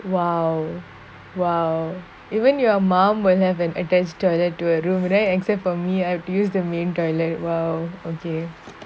!wow! !wow! even your mum will have an attached toilet to her room right except for me I use the main toilet !wow! okay